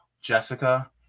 Jessica